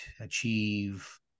achieve